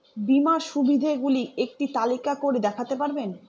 বীমার সুবিধে গুলি একটি তালিকা করে দেখাতে পারবেন?